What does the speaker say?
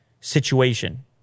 situation